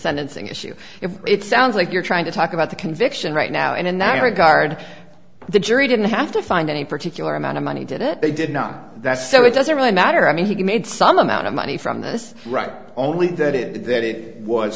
sentencing issue if it sounds like you're trying to talk about the conviction right now and in that regard the jury didn't have to find any particular amount of money did it they did not that's so it doesn't really matter i mean he made some amount of money from this right only that it that it was